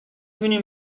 تونی